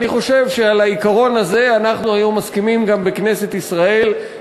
אני חושב שעל העיקרון הזה אנחנו מסכימים היום גם בכנסת ישראל,